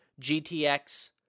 GTX